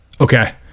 Okay